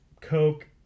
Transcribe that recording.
coke